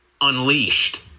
unleashed